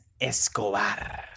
Escobar